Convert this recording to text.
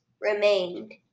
remained